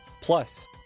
plus